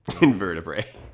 invertebrate